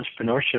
Entrepreneurship